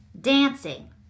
dancing